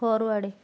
forward